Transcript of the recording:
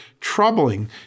troubling